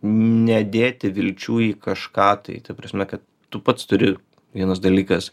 nedėti vilčių į kažką tai ta prasme kad tu pats turi vienas dalykas